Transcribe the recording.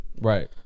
Right